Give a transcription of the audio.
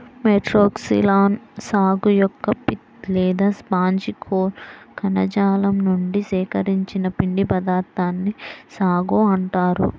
Metroxylon సాగు యొక్క pith లేదా స్పాంజి కోర్ కణజాలం నుండి సేకరించిన పిండి పదార్థాన్నే సాగో అంటారు